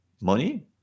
money